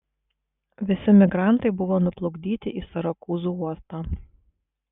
visi migrantai buvo nuplukdyti į sirakūzų uostą